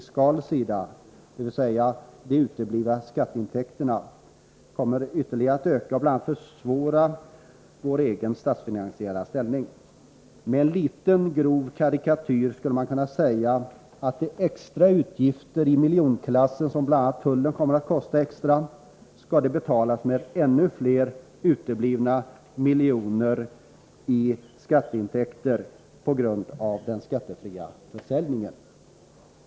Sedan har "detta också en fiskal Säk; De uteblivna skafttentäkterna SAS flygpassagekommer att öka ytterligare och bl.a. försvåra vår egen statsfinansiella farterminsåli ställnirg. Med en litet grov karikatyr skulle man kunna säga att de extra Malmö utgifter i miljonklassen som tullen kommer att dra skall ”betalas” av ännu fler miljoner i uteblivna skatteintäkter på grund av den skattefria försäljningen.